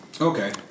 okay